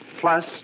plus